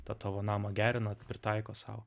tą tavo namą gerina pritaiko sau